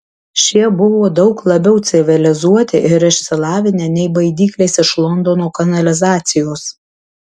šie buvo daug labiau civilizuoti ir išsilavinę nei baidyklės iš londono kanalizacijos